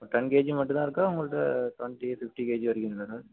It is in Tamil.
இப்போ டென் கேஜி மட்டும்தான் இருக்கா உங்கள்கிட்ட ட்வெண்ட்டி ஃபிஃப்ட்டி கேஜி வரைக்கும் இருக்கா சார்